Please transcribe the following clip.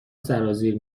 سرازیر